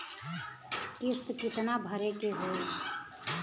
किस्त कितना भरे के होइ?